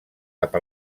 cap